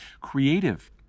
creative